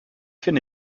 finde